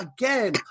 again